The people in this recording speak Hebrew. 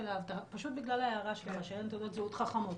פשוט בגלל ההערה שלך שאין תעודות זהות חכמות,